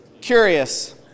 curious